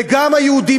וגם היהודים,